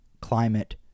climate